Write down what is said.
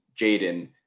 Jaden